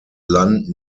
land